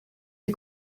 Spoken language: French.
des